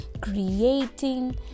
Creating